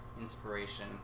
inspiration